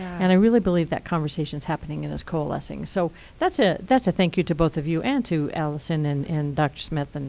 and i really believe that conversation's happening and is coalescing. so that's ah that's a thank you to both of you, and to allison and and dr smith.